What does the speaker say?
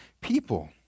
people